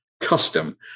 custom